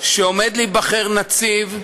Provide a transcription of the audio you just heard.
שעומד להיבחר נציב,